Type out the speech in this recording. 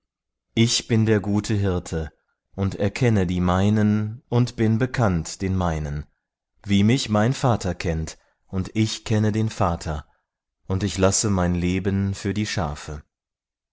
ich bin der gute hirte und erkenne die meinen und bin bekannt den meinen wie mich mein vater kennt und ich kenne den vater und ich lasse mein leben für die schafe